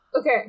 Okay